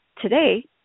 today